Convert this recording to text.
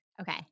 Okay